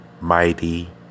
Mighty